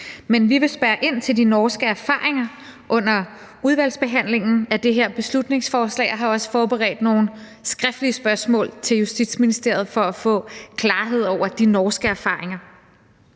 Men vi vil spørge ind til de norske erfaringer under udvalgsbehandlingen af det her beslutningsforslag, og jeg har også forberedt nogle skriftlige spørgsmål til Justitsministeriet for at få klarhed over de norske erfaringer.